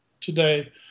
today